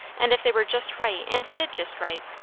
and if they were just right and did just right.